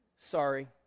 Sorry